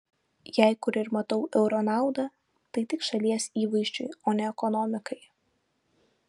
jei kur ir matau euro naudą tai tik šalies įvaizdžiui o ne ekonomikai